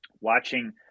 watching